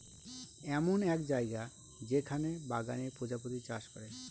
এমন এক জায়গা যেখানে বাগানে প্রজাপতি চাষ করে